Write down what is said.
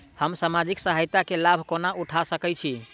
हम सामाजिक सहायता केँ लाभ कोना उठा सकै छी?